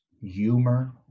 humor